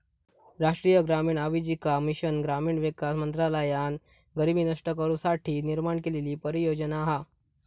राष्ट्रीय ग्रामीण आजीविका मिशन ग्रामीण विकास मंत्रालयान गरीबी नष्ट करू साठी निर्माण केलेली परियोजना हा